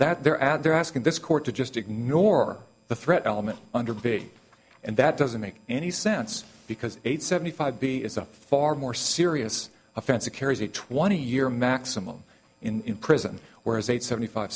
that they're ad they're asking this court to just ignore the threat element under b and that doesn't make any sense because eight seventy five b is a far more serious offense it carries a twenty year maximum in prison whereas age seventy five